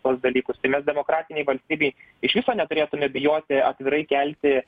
tuos dalykus tai mes demokratinėj valstybėj iš viso neturėtume bijoti atvirai kelti